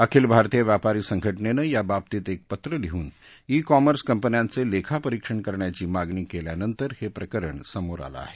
अखिल भारतीय व्यापारी संघटनेन या बाबतीत एक पत्र लिहून ई कॉमर्स कंपन्यांचे लेखापरिक्षण करण्याची मागणी केल्यानंतर हे प्रकरण समोर आलं आहे